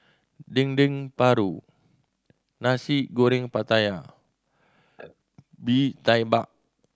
Dendeng Paru Nasi Goreng Pattaya Bee Tai Mak